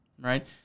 right